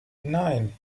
nein